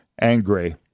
angry